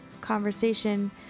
conversation